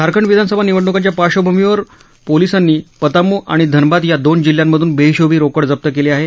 झारखंड विधानसभा निवडण्कांच्या पार्श्वभूमीवर पोलिसीं पताम् आणि धनबाद या दोन जिल्ह्यांमधून बेहिशोबी रोकड जप्त केली आहे